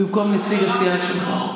במקום נציג הסיעה שלך.